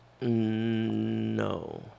No